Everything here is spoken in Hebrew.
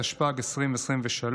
התשפ"ג 2023,